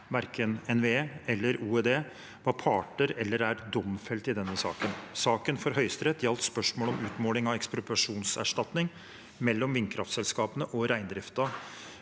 verken ved NVE eller OED var parter eller er domfelt i denne saken. Saken for Høyesterett gjaldt spørsmålet om utmåling av ekspropriasjonserstatning mellom vindkraftselskapene og reindriften